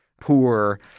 poor